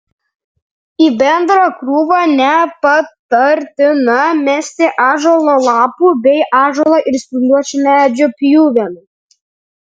į bendrą krūvą nepatartina mesti ąžuolo lapų bei ąžuolo ir spygliuočių medžių pjuvenų